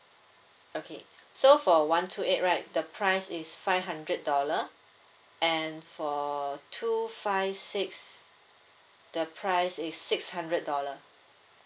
okay so for one two eight right the price is five hundred dollar and for two five six the price is six hundred dollar